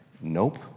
Nope